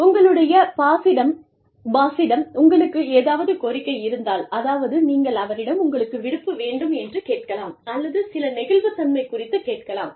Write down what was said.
உங்களுடைய பாஸிடம் உங்களுக்கு ஏதாவது கோரிக்கை இருந்தால் அதாவது நீங்கள் அவரிடம் உங்களுக்கு விடுப்பு வேண்டும் என்று கேட்கலாம் அல்லது சில நெகிழ்வுத்தன்மை குறித்துக் கேட்கலாம்